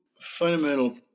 fundamental